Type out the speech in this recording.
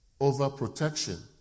Overprotection